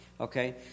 Okay